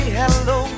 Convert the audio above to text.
hello